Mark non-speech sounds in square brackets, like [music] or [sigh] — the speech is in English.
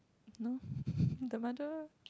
no [breath] the mother